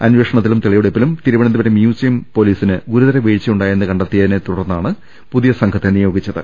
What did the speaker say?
അന്വേഷണത്തിലും തെളിവെടുപ്പിലും തിരുവനന്തപുരം മ്യൂസിയം പൊലീസിന് ഗുരുതര വീഴ്ച്ചയുണ്ടായെന്ന് കണ്ടെത്തിയ തിനെ തുടർന്നാണ് പുതിയ സംഘത്തെ നിയോഗിച്ചത്